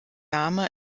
name